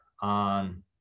on